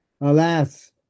alas